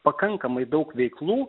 pakankamai daug veiklų